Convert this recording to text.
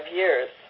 years